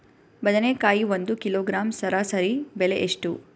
ಬದನೆಕಾಯಿ ಒಂದು ಕಿಲೋಗ್ರಾಂ ಸರಾಸರಿ ಬೆಲೆ ಎಷ್ಟು?